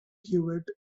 hewitt